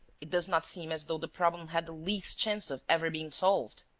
it does not seem as though the problem had the least chance of ever being solved.